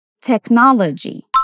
technology